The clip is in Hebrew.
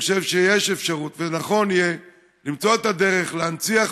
אני חושב שיש אפשרות ונכון יהיה למצוא את הדרך להנציח,